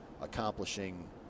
accomplishing